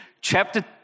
chapter